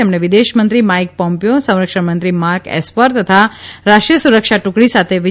તેમણે વિદેશમંત્રી Mike Pompeo સંરક્ષણમંત્રી માર્ક એસ્પર તથા રાષ્ટ્રીય સુરક્ષા ટુકડી સાથે વિયારવિમર્શ કર્યો હતો